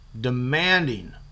demanding